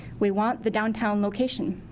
we want the downtown location.